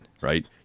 right